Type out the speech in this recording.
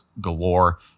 galore